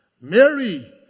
Mary